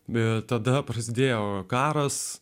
bet tada prasidėjo karas